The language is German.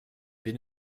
bin